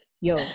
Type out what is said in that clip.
yo